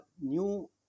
new